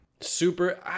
Super